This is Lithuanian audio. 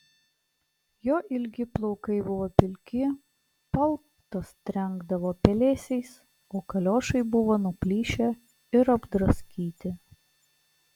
jo ilgi plaukai buvo pilki paltas trenkdavo pelėsiais o kaliošai buvo nuplyšę ir apdraskyti